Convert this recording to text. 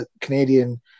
Canadian